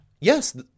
yes